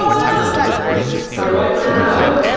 up. um you're so like loud.